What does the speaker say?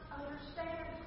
understand